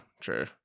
true